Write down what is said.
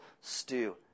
stew